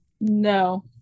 no